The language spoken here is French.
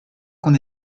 qu’on